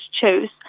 choose